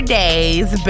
days